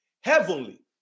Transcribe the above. Heavenly